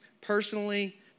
personally